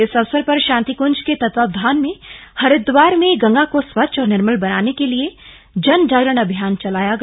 इस अवसर पर शांतिकुंज के तत्वावधान में हरिद्वार में गंगा को स्वच्छ और निर्मल बनाने के उदेश्य से जनजागरण अभियान चलाया गया